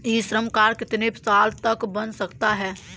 ई Shram card कितने साल तक बन सकता है?